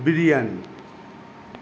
biryani